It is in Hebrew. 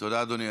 תודה, אדוני.